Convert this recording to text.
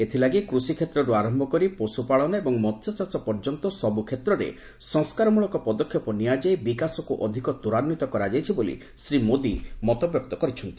ଏଥିଲାଗି କୃଷିକ୍ଷେତ୍ରରୁ ଆରମ୍ଭ କରି ପଶୁପାଳନ ଏବଂ ମସ୍ୟଚାଷ ପର୍ଯ୍ୟନ୍ତ ସବୁ କ୍ଷେତ୍ରରେ ସଂସ୍କାରମୂଳକ ପଦକ୍ଷେପ ନିଆଯାଇ ବିକାଶକୁ ଅଧିକ ତ୍ୱରାନ୍ୱିତ କରାଯାଇଛି ବୋଲି ଶ୍ରୀ ମୋଦି ମତବ୍ୟକ୍ତ କରିଛନ୍ତି